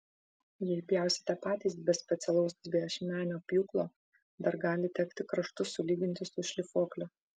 jei pjausite patys be specialaus dviašmenio pjūklo dar gali tekti kraštus sulyginti su šlifuokliu